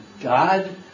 God